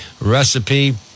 recipe